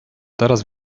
teraz